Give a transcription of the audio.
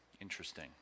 Interesting